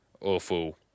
awful